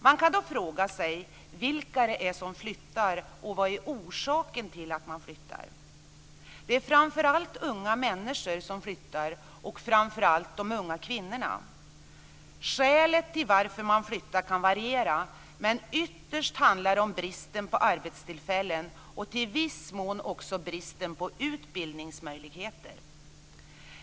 Man kan fråga sig vilka det är som flyttar och vad som är orsaken till att man flyttar. Det är framför allt unga människor som flyttar, speciellt unga kvinnor. Skälen till att man flyttar kan variera men ytterst handlar det om bristen på arbetstillfällen och i viss mån även om bristen på utbildningsmöjligheter.